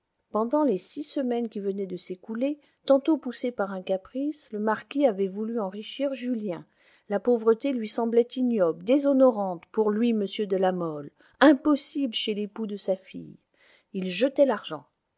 pendant les six semaines qui venaient de s'écouler tantôt poussé par un caprice le marquis avait voulu enrichir julien la pauvreté lui semblait ignoble déshonorante pour lui m de la mole impossible chez l'époux de sa fille il jetait l'argent